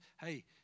hey